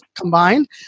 combined